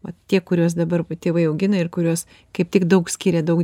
vat tie kuriuos dabar tėvai augina ir kuriuos kaip tik daug skyrė daug